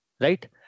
right